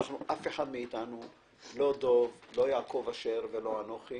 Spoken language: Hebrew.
אף אחד מאיתנו, לא דב חנין, לא יעקב אשר ולא אנוכי